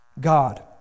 God